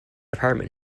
department